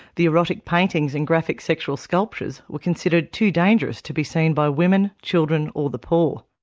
the erotic paintings and graphic sexual sculptures were considered too dangerous to be seen by women, children, or the poor.